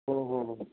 ਹੂੰ ਹੂੰ ਹੂੰ